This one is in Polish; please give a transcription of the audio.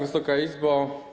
Wysoka Izbo!